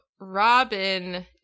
Robin